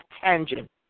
tangent